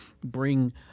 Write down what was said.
bring